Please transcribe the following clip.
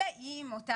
אלא אם אותו